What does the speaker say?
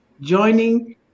joining